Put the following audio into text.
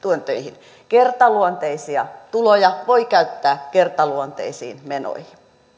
kertaluonteisia tuloja voi käyttää kertaluonteisiin menoihin